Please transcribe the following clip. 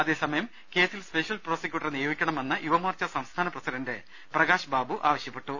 അതേസമയം കേസിൽ സ്പെഷ്യൽ പ്രോസിക്യൂട്ടറെ നിയോഗിക്കണമെന്ന് യുവമോർച്ച സംസ്ഥാന പ്രസിഡന്റ് പ്രകാശ്ബാബു ആവശ്യപ്പെട്ടു